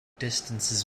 distances